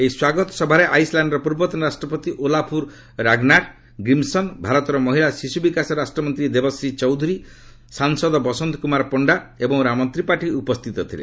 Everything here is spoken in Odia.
ଏହି ସ୍ୱାଗତ ସଭାରେ ଆଇସଲ୍ୟାଣ୍ଡର ପୂର୍ବତନ ରାଷ୍ଟ୍ରପତି ଓଲାଫୁର ରାଗ୍ନାର ଗ୍ରିମ୍ସନ୍ ଭାରତର ମହିଳା ଓ ଶିଶୁ ବିକାଶ ରାଷ୍ଟ୍ରମନ୍ତ୍ରୀ ଦେବଶ୍ରୀ ଚୌଧୁରୀ ସାଂସଦ ବସନ୍ତ କୁମାର ପଶ୍ଚା ଏବଂ ରାମ ତ୍ରିପାଠୀ ଉପସ୍ଥିତ ଥିଲେ